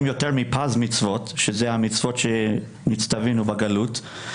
יותר מ-פ"ז מצוות שאלה המצוות שנצטווינו בגלות,